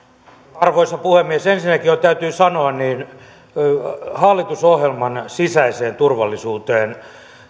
arvoisa puhemies ensinnäkin täytyy sanoa että hallitusohjelman sisäiseen turvallisuuteen